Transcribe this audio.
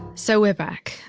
so we're back.